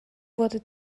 wurde